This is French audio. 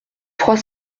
trois